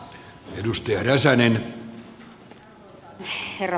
arvoisa herra puhemies